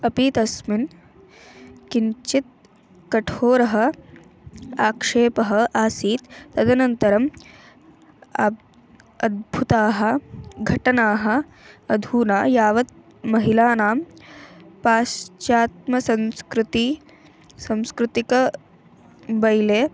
अपि तस्मिन् किञ्चित् कठोरः आक्षेपः आसीत् तदनन्तरम् अब् अद्भुताः घटनाः अधुना यावत् महिलानां पाश्चात्य संस्कृतिः सांस्कृतिकबले